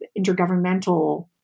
intergovernmental